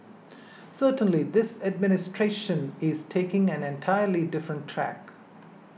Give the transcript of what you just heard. certainly this administration is taking an entirely different tack